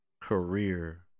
career